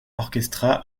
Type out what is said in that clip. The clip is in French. orchestra